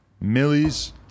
Millie's